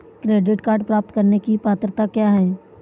Credit card प्राप्त करने की पात्रता क्या है?